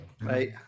right